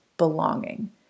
Belonging